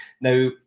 Now